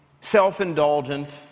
self-indulgent